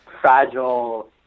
fragile